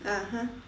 (uh huh)